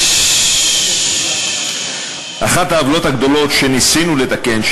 אחת העוולות שניסינו לתקן,